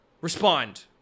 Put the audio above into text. Respond